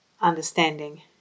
understanding